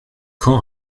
quand